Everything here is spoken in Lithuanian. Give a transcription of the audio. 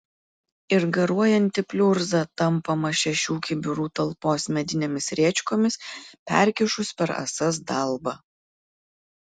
ir garuojanti pliurza tampoma šešių kibirų talpos medinėmis rėčkomis perkišus per ąsas dalbą